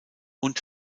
und